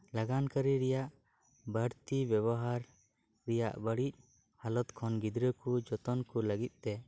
ᱞᱟᱜᱟᱱ ᱠᱟᱹᱨᱤ ᱨᱮᱭᱟᱜ ᱵᱟᱹᱲᱛᱤ ᱵᱮᱵᱚᱦᱟᱨ ᱨᱮᱭᱟᱜ ᱵᱟᱹᱲᱤᱡ ᱦᱟᱞᱚᱛ ᱠᱷᱚᱱ ᱜᱤᱫᱽᱨᱟᱹ ᱠᱚ ᱡᱚᱛᱚᱱ ᱠᱚ ᱞᱟᱹᱜᱤᱫ ᱛᱮ